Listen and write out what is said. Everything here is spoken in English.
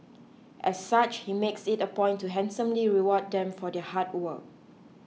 as such he makes it a point to handsomely reward them for their hard work